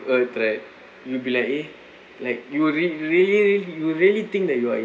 earthquake you be like eh like you'll really really you'll really think that you're in